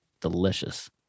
Delicious